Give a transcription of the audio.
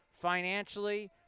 Financially